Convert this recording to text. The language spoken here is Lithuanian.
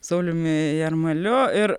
sauliumi jarmaliu ir